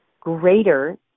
greater